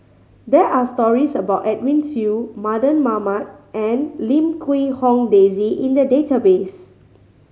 there are stories about Edwin Siew Mardan Mamat and Lim Quee Hong Daisy in the database